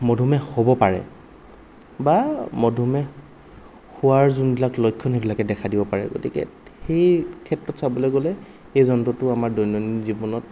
মধুমেহ হ'ব পাৰে বা মধুমেহ হোৱাৰ যোনবিলাক লক্ষণ সেইবিলাকে দেখা দিব পাৰে গতিকে সেই ক্ষেত্ৰত চাবলৈ গ'লে এই যন্ত্ৰটোৰ আমাৰ দৈনন্দিন জীৱনত